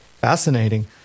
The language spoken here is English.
Fascinating